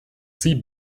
sie